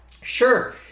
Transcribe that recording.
Sure